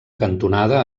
cantonada